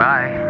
Bye